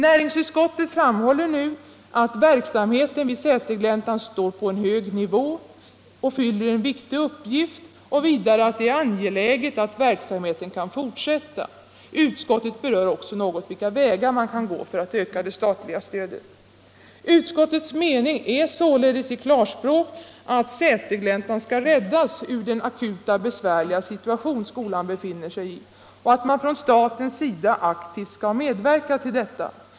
Näringsutskottet framhåller nu att verksamheten vid Sätergläntan står på en hög nivå och fyller en viktig uppgift och vidare att det är angeläget att verksamheten kan fortsätta. Utskottet berör också något vilka vägar man kan gå för att öka det statliga stödet. Utskottets mening är således i klarspråk att Sätergläntan skall räddas ur den akuta besvärliga situation skolan befinner sig i och att man från statens sida aktivt skall medverka till detta.